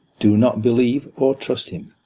do not believe or trust him.